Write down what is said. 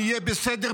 "יהיה בסדר,